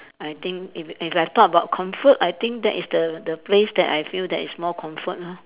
I think if if I talk about comfort I think that is the the place that I feel that is more comfort lor